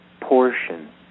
portion